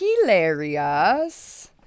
hilarious